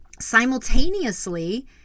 simultaneously